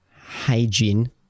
hygiene